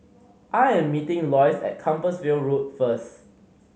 I am meeting Loyce at Compassvale Road first